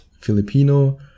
Filipino